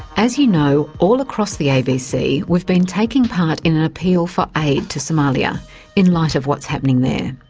as you know, all across the abc we've been taking part in an appeal for aid to somalia in light of what's happening there.